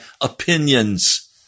opinions